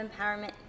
empowerment